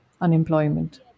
unemployment